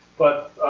but